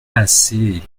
assez